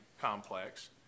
complex